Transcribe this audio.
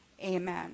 amen